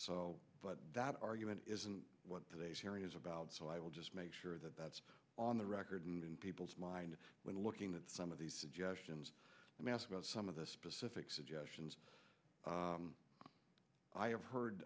years but that argument isn't what today's hearing is about so i will just make sure that that's on the record and in people's mind when looking at some of these suggestions and ask about some of the specific suggestions i have heard